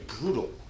brutal